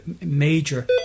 major